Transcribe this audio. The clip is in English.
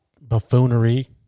buffoonery